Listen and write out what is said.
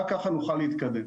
רק ככה נוכל להתקדם.